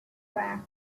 track